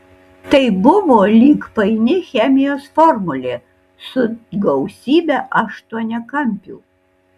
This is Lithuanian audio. tai buvo lyg paini chemijos formulė su gausybe aštuoniakampių